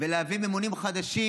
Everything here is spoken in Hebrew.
ולהביא ממונים חדשים,